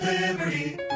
Liberty